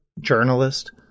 journalist